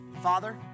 Father